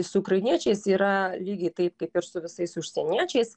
su ukrainiečiais yra lygiai taip kaip ir su visais užsieniečiais